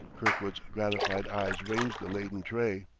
kirkwood's gratified eyes ranged the laden tray.